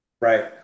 Right